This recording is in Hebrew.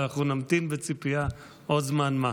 אבל אנחנו נמתין בציפייה עוד זמן מה.